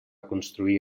construir